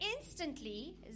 Instantly